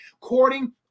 courting